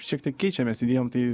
šiek tiek keičiamės vien tai